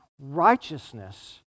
Righteousness